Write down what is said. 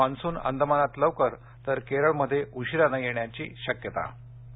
monsoon अंदमानात लवकर तर केरळमध्ये उशिरानं येण्याची अपेक्षा